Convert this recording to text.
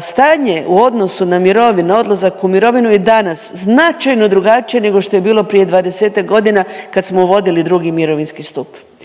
Stanje u odnosu na mirovinu, odlazak u mirovinu je danas značajno drugačije nego što je bilo prije 20-ak godina kad smo vodili drugi mirovinski stup.